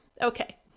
okay